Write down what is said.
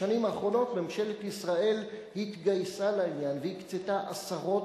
בשנים האחרונות ממשלת ישראל התגייסה לעניין והקצתה עשרות